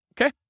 Okay